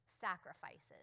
sacrifices